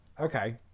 okay